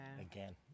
Again